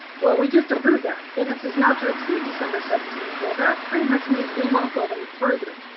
well, we just approved that. then it says not to exceed december seventeenth. well, that pretty much means we won't go any further.